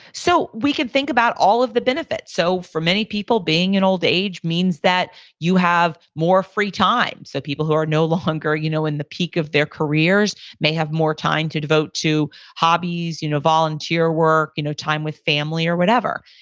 so we can think about all of the benefits. so for many people being in old age means that you have more free time. people who are no longer you know in the peak of their careers, may have more time to devote to hobbies, you know volunteer work, you know time with family, or whatever.